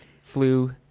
flu